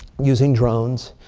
using drones.